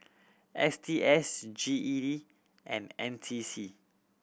S T S G E D and N C C